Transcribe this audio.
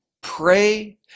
pray